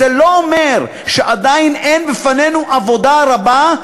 זה לא אומר שעדיין אין לפנינו עבודה רבה,